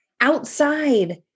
outside